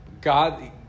God